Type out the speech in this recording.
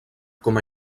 com